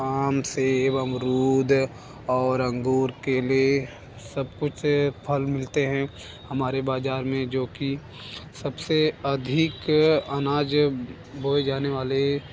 आम सेब अमरूद और अंगूर केले सब कुछ फल मिलते हैं हमारे बाज़ार में जो कि सब से अधिक अनाज बोए जाने वाले